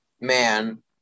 man